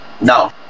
No